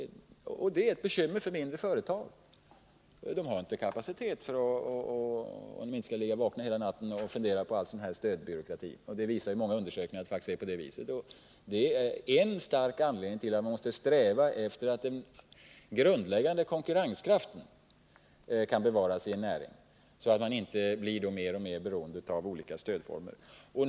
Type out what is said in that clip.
Det är ett bekymmer för de mindre företagen. Småföretagarna har inte tillräcklig kapacitet — om de inte skall ligga vakna hela natten och fundera på all sådan här stödbyråkrati. Många undersök ningar visar att det faktiskt är så. Detta är en stark anledning till att man måste sträva efter att en grundläggande konkurrenskraft kan bevaras i en näring, så att man inte blir mer och mer beroende av olika stödformer.